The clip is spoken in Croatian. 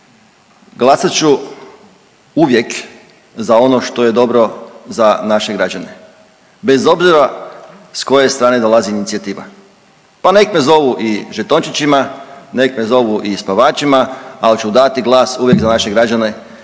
glasat ću uvijek za ono što je dobro za naše građane. Bez obzira s koje strane dolazi inicijativa. Pa nek me zovu i žetončićima, nek me zovu i spavačima, ali ću dati glas uvijek za naše građane,